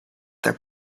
their